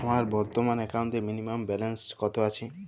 আমার বর্তমান একাউন্টে মিনিমাম ব্যালেন্স কত আছে?